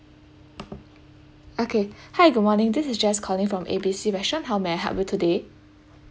okay hi good morning this is jess calling from A B C restaurant how may I help you today